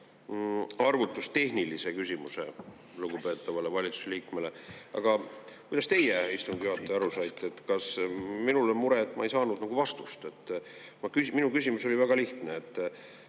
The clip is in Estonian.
arvutustehnilise küsimuse lugupeetavale valitsusliikmele. Aga kuidas teie, istungi juhataja, aru saite? Minul on mure, et ma ei saanud nagu vastust. Minu küsimus oli väga lihtne: